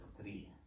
three